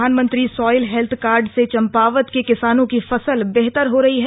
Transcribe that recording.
प्रधानमंत्री soil health card से चंपावत के किसानों की फसल बेहतर हो रही है